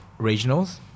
Regionals